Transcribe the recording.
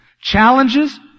challenges